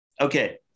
okay